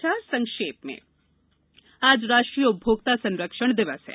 समाचार संक्षेप में आज राष्टीय उपभोक्ता संरक्षण दिवस है